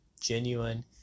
genuine